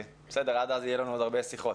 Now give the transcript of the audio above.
עד אז יהיו לנו הרבה שיחות.